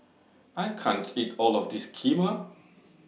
I can't eat All of This Kheema